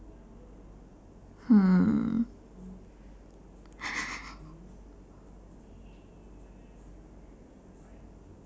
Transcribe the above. hmm